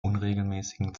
unregelmäßigen